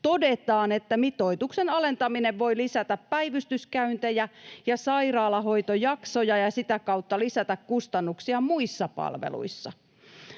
todetaan, että mitoituksen alentaminen voi lisätä päivystyskäyntejä ja sairaalahoitojaksoja ja sitä kautta lisätä kustannuksia muissa palveluissa.